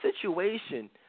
situation